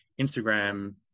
Instagram